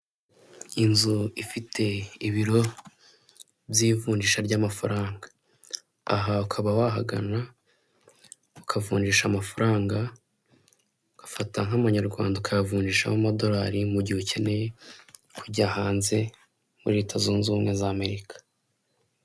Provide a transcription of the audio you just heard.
Inzu ifite ibiro by'ivunjisha ry'amafaranga aha ukaba wahagana ukavunjisha amafaranga ugafata nk'anyarwanda ukayavunjishamo amadolari mu gihe ukeneye kujya hanze muri leta zunze ubumwe z'Amerika.